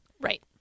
Right